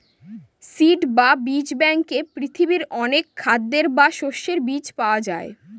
seed বা বীজ ব্যাঙ্কে পৃথিবীর অনেক খাদ্যের বা শস্যের বীজ পাওয়া যায়